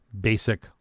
Basic